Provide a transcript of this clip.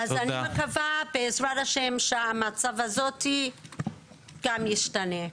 בעזרת השם, אני מקווה שהמצב הזה גם ישתנה.